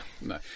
No